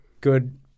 good